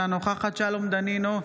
אינה נוכחת שלום דנינו,